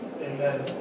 Amen